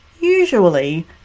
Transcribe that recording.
usually